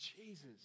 Jesus